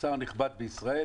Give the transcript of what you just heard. נכבד בישראל.